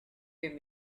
can